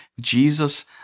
Jesus